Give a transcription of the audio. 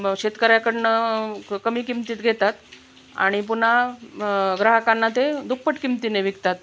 शेतकऱ्याकडून कमी किमतीत घेतात आणि पुन्हा ग्राहकांना ते दुप्पट किमतीने विकतात